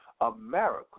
America